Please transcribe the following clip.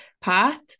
path